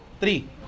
three